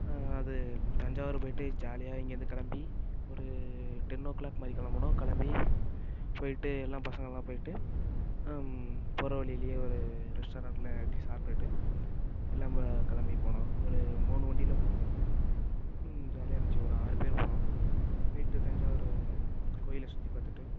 அது தஞ்சாவூர் போய்விட்டு ஜாலியாக இங்கேருந்து கிளம்பி ஒரு டென் ஓ கிளாக் மாதிரி கிளம்புனோம் கிளம்பி போய்விட்டு எல்லா பசங்களாக போய்விட்டு போகிற வழியிலே ஒரு ரெஸ்ட்டாரோட்டில் நிறுத்தி சாப்ட்டுவிட்டு எல்லாம் பா கிளம்பி போனோம் ஒரு மூணு வண்டியில் போனோம் ஜாலியாக இருந்துச்சு ஒரு ஆறு பேர் போனோம் போய்விட்டு தஞ்சாவூர் கோயிலை சுற்றி பார்த்துட்டு